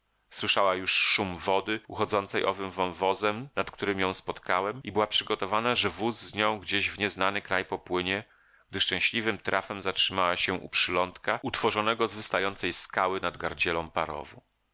słyszała już szum wody uchodzącej owym wąwozem nad którym ją spotkałem i była przygotowana że wóz z nią gdzieś w nieznany kraj popłynie gdy szczęśliwym trafem zatrzymał się u przylądka utworzonego z wystającej skały nad gardzielą parowu